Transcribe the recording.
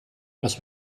was